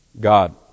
God